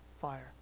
fire